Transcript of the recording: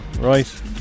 right